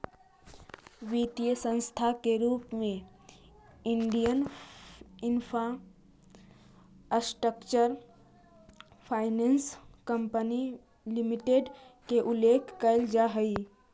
वित्तीय संस्था के रूप में Indian infrastructure finance company limited के उल्लेख कैल गेले हइ